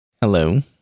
Hello